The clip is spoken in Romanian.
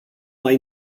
mai